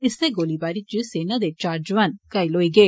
इस्सै गोलीबारी च सेना दे चार जौआन घायल होई गे